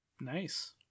Nice